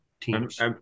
teams